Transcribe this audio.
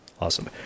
Awesome